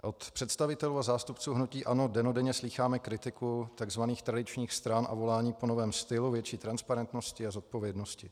Od představitelů a zástupců hnutí ANO dennodenně slýcháme kritiku takzvaných tradičních stran a volání po novém stylu, větší transparentnosti a zodpovědnosti.